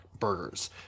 burgers